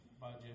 budget